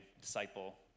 disciple